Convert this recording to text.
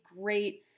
great